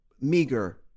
meager